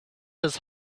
his